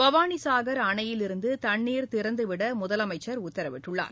பவானிசாகர் அணையிலிருந்துதண்ணீர் திறந்துவிடமுதலமைச்சர் உத்தரவிட்டுள்ளார்